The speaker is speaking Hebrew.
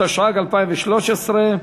התשע"ג 2013,